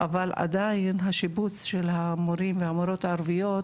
אבל עדיין השיבוץ של המורים והמורות הערביות